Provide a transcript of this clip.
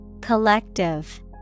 Collective